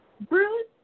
Bruce